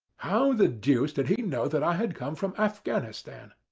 how the deuce did he know that i had come from afghanistan?